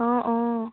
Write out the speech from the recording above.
অঁ অঁ